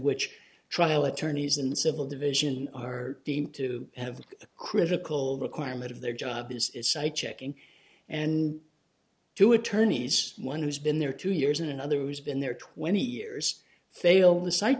which trial attorneys in the civil division are deemed to have a critical requirement of their job site check in and two attorneys one who's been there two years and another who's been there twenty years failed